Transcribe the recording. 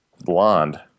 blonde